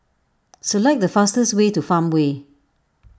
select the fastest way to Farmway